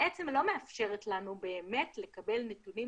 בעצם לא מאפשרת לנו באמת לקבל נתונים